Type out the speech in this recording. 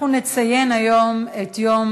אנחנו נציין היום את יום